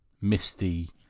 misty